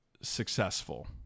successful